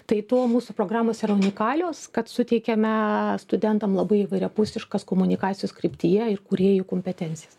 tai tuo mūsų programos ir unikalios kad suteikiame aaa studentam labai įvairiapusiškas komunikacijos kryptyje ir kūrėjų kompetencijas